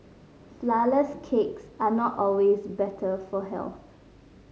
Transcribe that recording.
flourless cakes are not always better for health